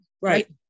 Right